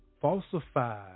falsified